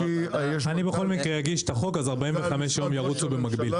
אני בכל מקרה אגיש את החוק אז 45 יום ירוצו במקביל.